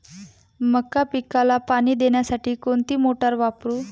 मका पिकाला पाणी देण्यासाठी कोणती मोटार वापरू?